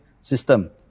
system